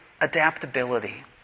adaptability